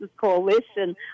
Coalition